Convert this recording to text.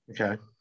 Okay